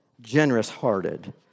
generous-hearted